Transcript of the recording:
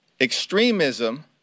extremism